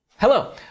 Hello